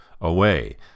away